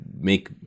make